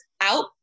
out